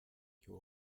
you